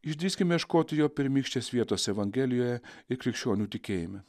išdrįskime ieškoti jo pirmykštės vietos evangelijoje ir krikščionių tikėjime